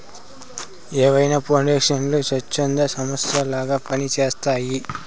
ఏవైనా పౌండేషన్లు స్వచ్ఛంద సంస్థలలాగా పని చేస్తయ్యి